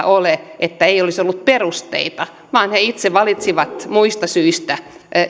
ole se että ei olisi ollut perusteita vaan he itse valitsivat muista syistä